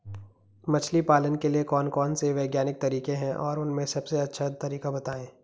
मछली पालन के लिए कौन कौन से वैज्ञानिक तरीके हैं और उन में से सबसे अच्छा तरीका बतायें?